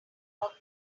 will